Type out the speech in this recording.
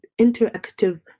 interactive